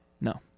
no